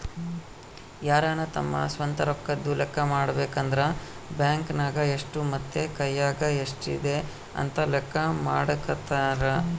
ಯಾರನ ತಮ್ಮ ಸ್ವಂತ ರೊಕ್ಕದ್ದು ಲೆಕ್ಕ ಮಾಡಬೇಕಂದ್ರ ಬ್ಯಾಂಕ್ ನಗ ಎಷ್ಟು ಮತ್ತೆ ಕೈಯಗ ಎಷ್ಟಿದೆ ಅಂತ ಲೆಕ್ಕ ಮಾಡಕಂತರಾ